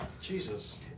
Jesus